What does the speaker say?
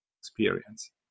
experience